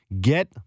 Get